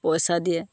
পইচা দিয়ে